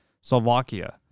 Slovakia